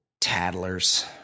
tattlers